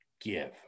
give